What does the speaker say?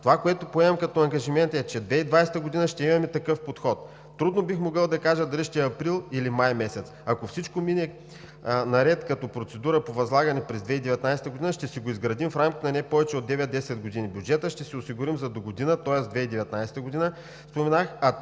това, което поемам като ангажимент, е, че 2020 г. ще имаме такъв подход. Трудно бих могъл да кажа дали ще е април, или май месец. Ако всичко мине наред като процедура по възлагане, през 2019 г. ще си го изградим в рамките на не повече от 9 – 10 месеца. Бюджетът ще си осигурим за догодина, тоест 2019 г.,